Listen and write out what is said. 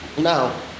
Now